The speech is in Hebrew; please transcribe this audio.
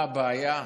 מה הבעיה?